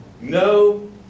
No